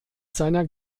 seiner